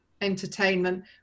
entertainment